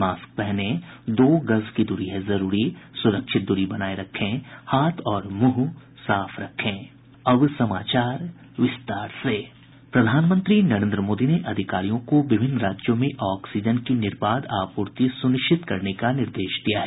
mask पहनें दो गज दूरी है जरूरी सुरक्षित दूरी बनाये रखें हाथ और मुंह साफ रखें अब समाचार विस्तार से प्रधानमंत्री नरेन्द्र मोदी ने अधिकारियों को विभिन्न राज्यों में ऑक्सीजन की निर्बाध आपूर्ति सुनिश्चित करने का निर्देश दिया है